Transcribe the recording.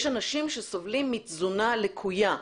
יש אנשים שסובלים מתזונה לקויה,